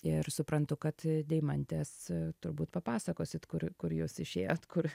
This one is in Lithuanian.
ir suprantu kad deimantės turbūt papasakosit kur kur jūs išėjot kur